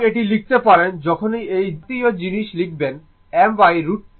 সুতরাং এটি লিখতে পারেন যখনই এই জাতীয় জিনিস লিখবেন m√2 অ্যাঙ্গেল 0 এর সমান